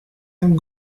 and